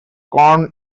corn